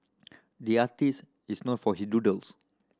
the artist is known for his doodles